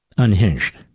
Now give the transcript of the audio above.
Unhinged